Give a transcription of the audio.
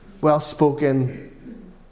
well-spoken